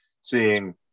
seeing